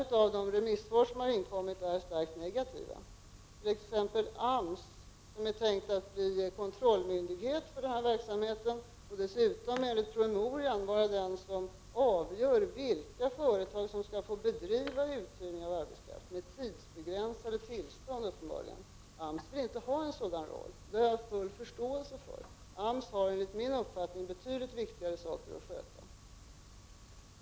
Många av de remissvar som har inkommit är starkt negativa. AMS är enligt promemorian tänkt att bli kontrollmyndighet för denna verksamhet och att vara den som avgör vilka företag som skall få bedriva uthyrning av arbetskraft, uppenbarligen med tidsbegränsade tillstånd. AMS vill inte ha en sådan roll, vilket jag har full förståelse för — AMS har betydligt viktigare uppgifter att sköta.